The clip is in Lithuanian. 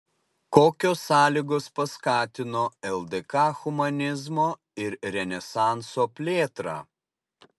kokios sąlygos paskatino ldk humanizmo ir renesanso plėtrą